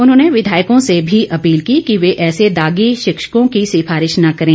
उन्होंने विधायकों से भी अपील कीँ कि वे ऐसे दागी शिक्षकों की सिफारिश न करें